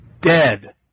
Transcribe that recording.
dead